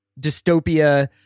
dystopia